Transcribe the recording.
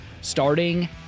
starting